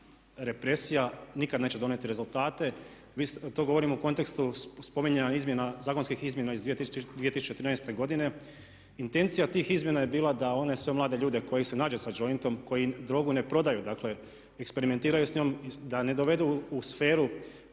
represija nikad neće donijeti rezultate. To govorim u kontekstu spominjanja zakonskih izmjena iz 2013. godine. Intencija tih izmjena je bila da one sve mlade ljude koje se nađe sa jointom koji drogu ne prodaju, dakle eksperimentiraju s njom, da ne dovedu u sferu